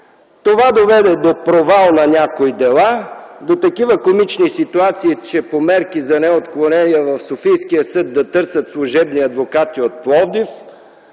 Това доведе до провал на някои дела, до такива комични ситуации, че по мерки за неотклонение в Софийския съд да търсят служебни адвокати от Пловдив.